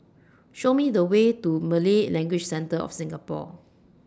Show Me The Way to Malay Language Centre of Singapore